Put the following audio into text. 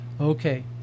Okay